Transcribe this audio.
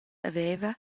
haveva